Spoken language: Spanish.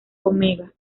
omega